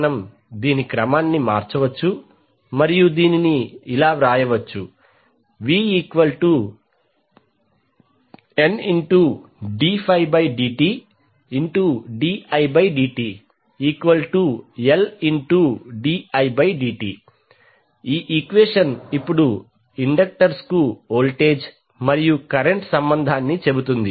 మనం దీని క్రమాన్ని మార్చవచ్చు మరియు ఇలా వ్రాయవచ్చు vNddididtLdidt ఈ ఈక్వెషన్ ఇప్పుడు ఇండక్టర్స్ కు వోల్టేజ్ మరియు కరెంట్ సంబంధాన్ని చెబుతుంది